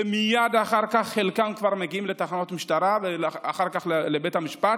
ומייד אחר כך חלקם כבר מגיעים לתחנות משטרה ואחר כך לבית המשפט,